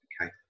Okay